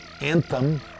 anthem